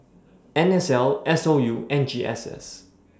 NSL SOU and GSS